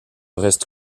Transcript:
reste